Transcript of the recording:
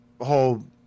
whole